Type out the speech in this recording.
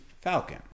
Falcon